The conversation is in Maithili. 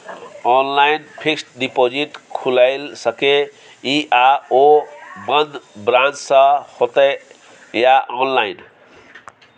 ऑनलाइन फिक्स्ड डिपॉजिट खुईल सके इ आ ओ बन्द ब्रांच स होतै या ऑनलाइन?